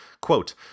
Quote